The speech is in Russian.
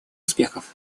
успехов